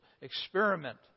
experiment